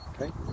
Okay